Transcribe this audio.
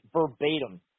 verbatim